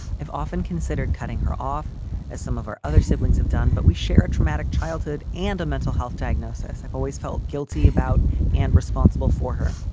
i've often considered cutting her off as some of our other siblings have done, but we share a traumatic childhood and a mental health diagnosis. i've always felt guilty about and responsible for her.